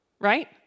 right